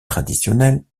traditionnelles